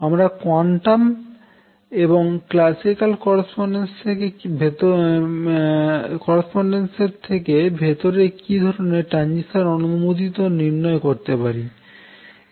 আমরা কোয়ান্টাম এবং classical correspondence থেকে ভেতরে কি ধরনের ট্রানজিশান অনুমোদিত নির্ণয় করতে পারি